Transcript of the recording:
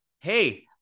hey